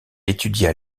étudia